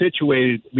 situated